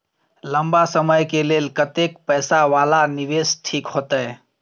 लंबा समय के लेल कतेक पैसा वाला निवेश ठीक होते?